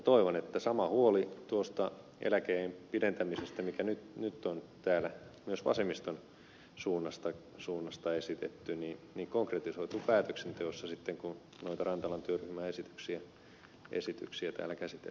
toivon että sama huoli tuosta eläkeiän pidentämisestä mikä nyt on täällä myös vasemmiston suunnasta esitetty konkretisoituu päätöksenteossa sitten kun noita rantalan työryhmän esityksiä täällä käsitellään